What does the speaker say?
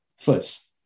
First